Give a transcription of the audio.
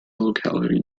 locality